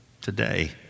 today